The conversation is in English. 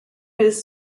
his